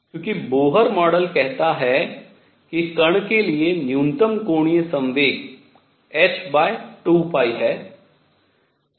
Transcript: क्योंकि Bohr model कहता है कि कण के लिए न्यूनतम कोणीय संवेग h2π है